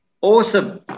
Awesome